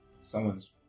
someone's